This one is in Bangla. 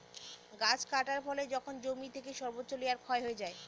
গাছ কাটার ফলে যখন জমি থেকে সর্বোচ্চ লেয়ার ক্ষয় হয়ে যায়